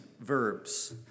verbs